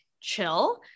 chill